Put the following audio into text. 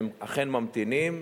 והם אכן ממתינים.